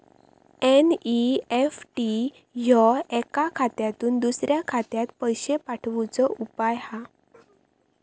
NEFT ह्यो एका खात्यातुन दुसऱ्या खात्यात पैशे पाठवुचो उपाय हा